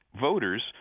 voters